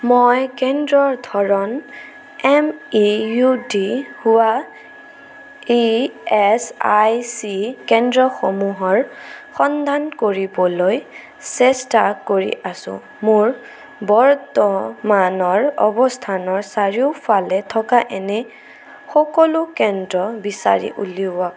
মই কেন্দ্ৰৰ ধৰণ এম ই ইউ ডি হোৱা ই এছ আই চি কেন্দ্ৰসমূহৰ সন্ধান কৰিবলৈ চেষ্টা কৰি আছোঁ মোৰ বৰ্তমানৰ অৱস্থানৰ চাৰিওফালে থকা এনে সকলো কেন্দ্ৰ বিচাৰি উলিয়াওক